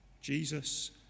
Jesus